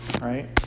right